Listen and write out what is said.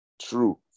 true